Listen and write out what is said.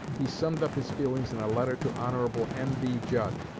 he summed up his feelings in a letter to hon. n b. judd,